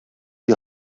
die